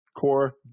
Core